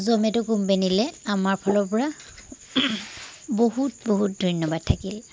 জমেট' কোম্পেনীলৈ আমাৰ ফালৰপৰা বহুত বহুত ধন্যবাদ থাকিল